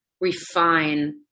refine